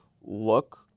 look